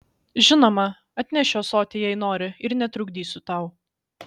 žinoma atnešiu ąsotį jei nori ir netrukdysiu tau